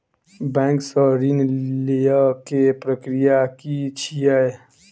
Bank सऽ ऋण लेय केँ प्रक्रिया की छीयै?